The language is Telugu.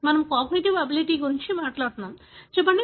మనము కాగ్నిటివ్ ఎబిలిటీ గురించి మాట్లాడుతున్నాము చెప్పండి